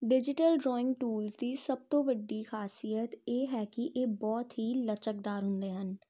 digital drawing tools ਦੀ ਸਭ ਤੋਂ ਵੱਡੀ ਖਾਸੀਅਤ ਇਹ ਹੈ ਕਿ ਇਹ ਬਹੁਤ ਹੀ ਲਚਕਦਾਰ ਹੁੰਦੇ ਹਨ